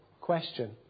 question